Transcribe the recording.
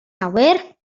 awyr